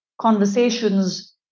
conversations